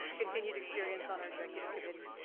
continue to experience on our executive committee.